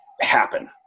happen